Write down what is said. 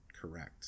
correct